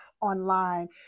online